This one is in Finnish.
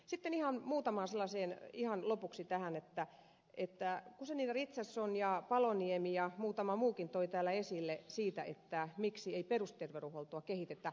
sitten ihan muutamaan sellaiseen asiaan lopuksi että edustajat guzenina richardson ja paloniemi ja muutama muukin toivat täällä esille miksi ei perusterveydenhuoltoa kehitetä